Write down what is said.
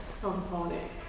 component